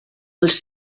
els